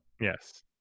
Yes